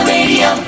Radio